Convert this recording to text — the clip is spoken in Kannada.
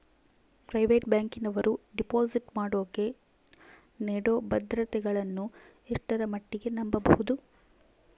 ಪ್ರೈವೇಟ್ ಬ್ಯಾಂಕಿನವರು ಡಿಪಾಸಿಟ್ ಮಾಡೋಕೆ ನೇಡೋ ಭದ್ರತೆಗಳನ್ನು ಎಷ್ಟರ ಮಟ್ಟಿಗೆ ನಂಬಬಹುದು?